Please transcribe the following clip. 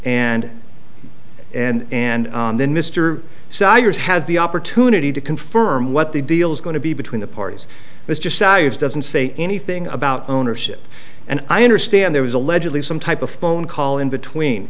and and and then mr saggers has the opportunity to confirm what the deal is going to be between the parties mr savage doesn't say anything about ownership and i understand there was allegedly some type of phone call in between